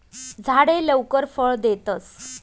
झाडे लवकर फळ देतस